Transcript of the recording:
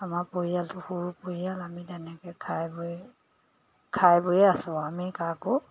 আমাৰ পৰিয়ালটো সৰু পৰিয়াল আমি তেনেকৈ খাই বৈ খাই বৈয়ে আছোঁ আমি কাকো